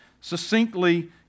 succinctly